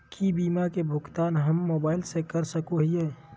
की बीमा के भुगतान हम मोबाइल से कर सको हियै?